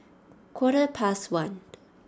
quarter past one